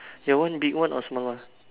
your one big one or small one